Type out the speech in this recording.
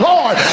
Lord